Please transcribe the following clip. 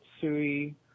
Sui